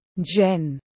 Jen